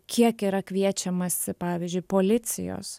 kiek yra kviečiamasi pavyzdžiui policijos